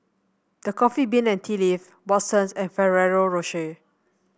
The Coffee Bean and Tea Leaf Watsons and Ferrero Rocher